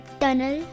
tunnel